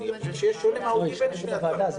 אני חושב שיש שוני מהותי בין שני הדברים.